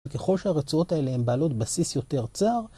ככל שהרצועות האלה הן בעלות בסיס יותר צר